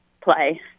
play